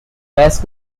best